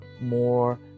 more